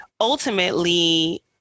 ultimately